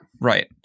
Right